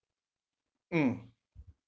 mm